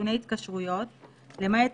אנשים פוחדים ללכת להיבדק, הם פוחדים למסור מידע.